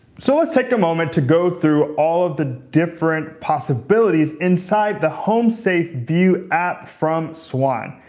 so let's take a moment to go through all of the different possibilities inside the homesafe view app from swann.